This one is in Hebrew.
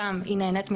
שם היא נהנית מרווחים,